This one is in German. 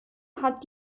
hat